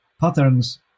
patterns